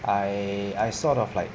I I sort of like